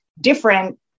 different